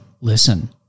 listen